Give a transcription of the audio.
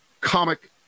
comic